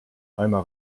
einer